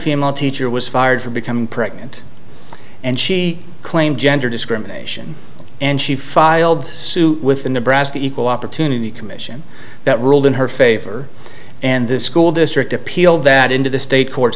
female teacher was fired for becoming pregnant and she claimed gender discrimination and she filed suit with the nebraska equal opportunity commission that ruled in her favor and the school district appealed that into the state court